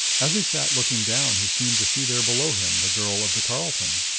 as he sat looking down he seemed to see there below him the girl of the carlton.